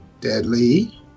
Deadly